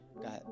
Got